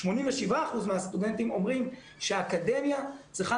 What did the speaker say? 87% מהסטודנטים אומרים שהאקדמיה צריכה